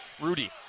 Rudy